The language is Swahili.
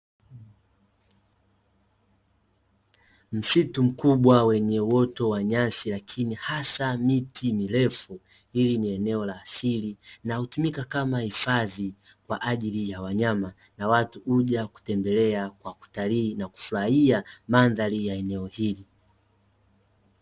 Msitu mkubwa wenye uoto wa nyasi lakini hasa miti mirefu hili ni eneo la asili na hutumika kama hifadhi kwaajili ya wanyama na watu kuja kutembelea kwa kutalii na kufurahia mandhari ya eneo hili.